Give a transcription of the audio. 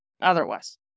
otherwise